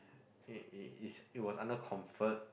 it it it's it was under comfort